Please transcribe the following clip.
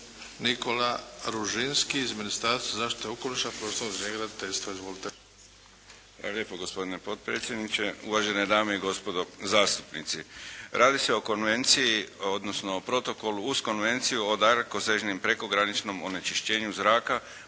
Nikola Ružinski iz Ministarstva zaštite okoliša, prostornog uređenja i graditeljstva. Izvolite. **Ružinski, Nikola** Hvala lijepa gospodine potpredsjedniče, uvažene dame i gospodo zastupnici. Radi se o konvenciji, odnosno o Protokolu uz Konvenciju o dalekosežnom prekograničnom onečišćenju zraka,